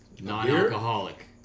Non-alcoholic